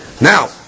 now